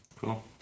Cool